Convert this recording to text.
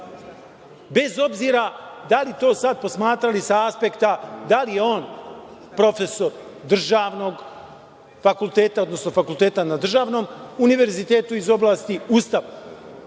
bez obzira da li sad posmatrali sa aspekta da li je on profesor državnog fakulteta, odnosno fakulteta na državnom univerzitetu iz oblasti Ustav.